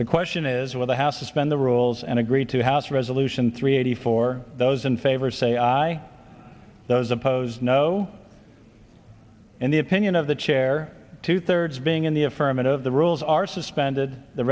the question is with the house suspend the rules and agree to house resolution three eighty four those in favor say aye those opposed no in the opinion of the chair two thirds being in the affirmative the rules are suspended the